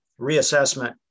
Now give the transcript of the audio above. reassessment